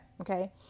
Okay